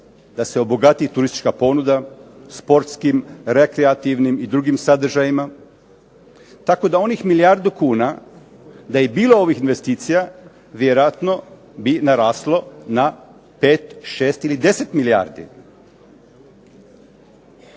da se obogati turistička ponuda sportskim, rekreativnim i drugim sadržajima. Tako da onih milijardu kuna da je bilo ovih investicija vjerojatno bi naraslo na 5, 6 ili 10 milijardi.